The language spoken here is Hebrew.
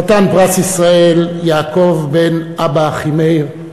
חתן פרס ישראל יעקב בן אב"א אחימאיר,